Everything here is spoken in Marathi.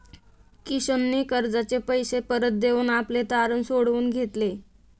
किशनने कर्जाचे पैसे परत देऊन आपले तारण सोडवून घेतले